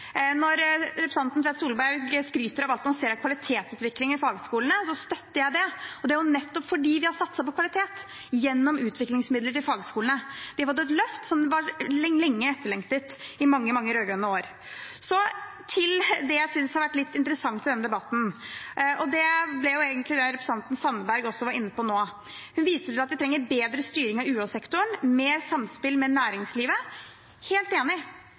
Når representanten Tvedt Solberg skryter av alt han ser av kvalitetsutvikling i fagskolene, støtter jeg det. Det skjer nettopp fordi vi har satset på kvalitet gjennom utviklingsmidler til fagskolene. De har fått et løft som var etterlengtet gjennom mange rød-grønne år. Til noe jeg synes har vært litt interessant i denne debatten, som også representanten Nina Sandberg var inne på nettopp: Hun viste til at vi trenger bedre styring av UH-sektoren og mer samspill med næringslivet. Jeg er helt enig.